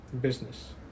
business